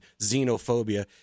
xenophobia